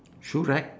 shoe rack